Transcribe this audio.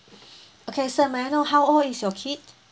okay sir may I know how old is your kid